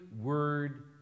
word